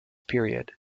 period